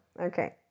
Okay